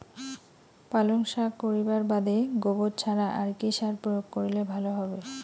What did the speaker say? পালং শাক করিবার বাদে গোবর ছাড়া আর কি সার প্রয়োগ করিলে ভালো হবে?